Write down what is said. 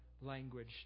language